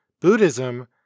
Buddhism